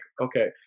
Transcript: okay